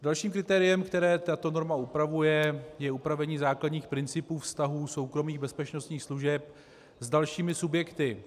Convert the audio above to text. Dalším kritériem, které tato norma upravuje, je upravení základních principů vztahů soukromých bezpečnostních služeb s dalšími subjekty.